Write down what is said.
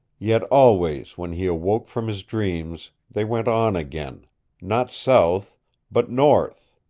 yet always when he awoke from his dreams they went on again not south but north.